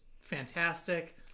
fantastic